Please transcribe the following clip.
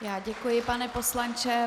Já děkuji, pane poslanče.